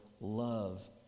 love